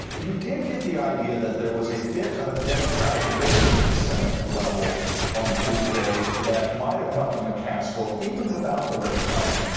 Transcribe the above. you did get the idea that there was a bit of a democratic wave at the senate level on tuesday that might have helped mccaskill even without the rape comment.